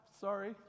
sorry